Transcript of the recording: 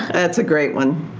that's a great one.